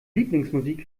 lieblingsmusik